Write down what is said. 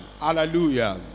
Hallelujah